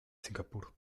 singapur